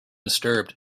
disturbed